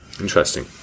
Interesting